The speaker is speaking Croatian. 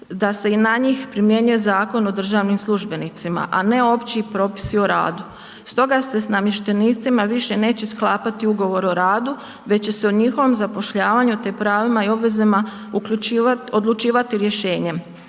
da se i na njih primjenjuje Zakon o državnim službenicima a ne opći propisi u radu. Stoga se sa namještenicima više neće sklapati ugovor o radu već će se o njihovom zapošljavanju, te pravima i obvezama odlučivati rješenjem,